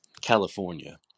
California